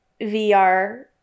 VR